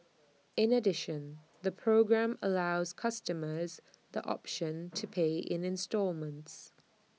in addition the programme allows customers the option to pay in instalments